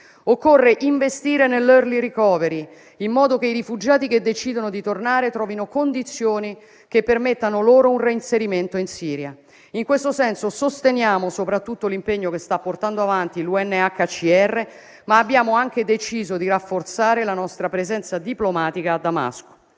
Occorre investire nell'*early recovery*, in modo che i rifugiati che decidono di tornare trovino condizioni che permettano loro un reinserimento in Siria. In questo senso, sosteniamo soprattutto l'impegno che sta portando avanti lo United Nations High Commissioner for refugees (UNHCR) ma abbiamo anche deciso di rafforzare la nostra presenza diplomatica a Damasco.